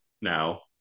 now